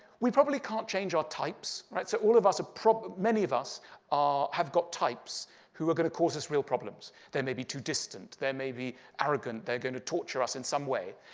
we probably can't change our types right? so all of us many of us ah have got types who are going to cause us real problems. they may be too distant. they may be arrogant. they're going to torture us in some way.